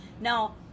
now